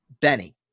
Benny